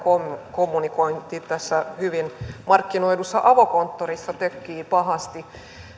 kommunikointi tässä hyvin markkinoidussa avokonttorissa tökkii pahasti